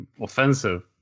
offensive